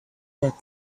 web